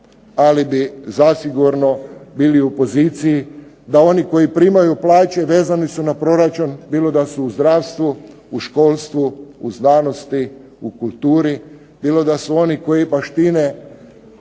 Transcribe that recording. ali bi zasigurno bili u poziciji da oni koji primaju plaće vezani su na proračun, bilo da su u zdravstvu, u školstvu, u znanosti, u kulturi. Bilo da su oni koji baštine